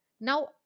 Now